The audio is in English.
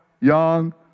young